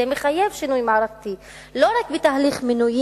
זה מחייב שינוי מערכתי לא רק בתהליך מינויים